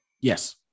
Yes